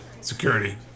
Security